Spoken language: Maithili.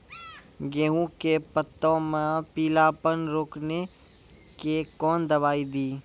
गेहूँ के पत्तों मे पीलापन रोकने के कौन दवाई दी?